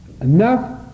enough